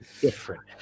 Different